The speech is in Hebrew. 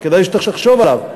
שכדאי שתחשוב עליו.